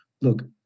look